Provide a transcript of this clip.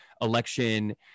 election